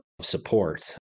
support